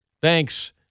thanks